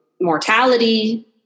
Mortality